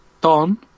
Don